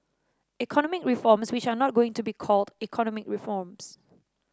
economic reforms which are not going to be called economic reforms